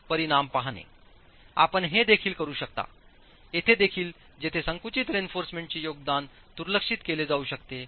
आपण हे येथे देखील करू शकतायेथे देखील जेथे संकुचित रेइन्फॉर्समेंटचे योगदान दुर्लक्षित केले जाऊ शकते